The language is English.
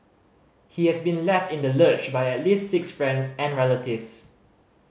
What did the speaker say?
he has been left in the lurch by at least six friends and relatives